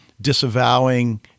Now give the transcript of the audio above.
disavowing